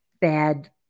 bad